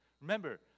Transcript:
Remember